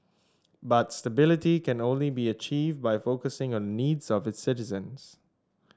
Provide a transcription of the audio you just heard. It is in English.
but stability could only be achieved by focusing on the needs of its citizens